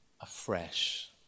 afresh